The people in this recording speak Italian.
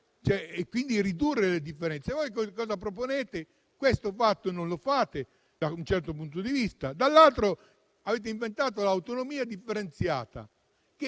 per ridurre le differenze. E voi cosa proponete e fate? Questo non lo fate, da un certo punto di vista. Dall'altro lato, avete inventato l'autonomia differenziata.